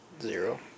Zero